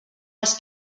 als